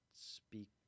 speak